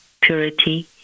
purity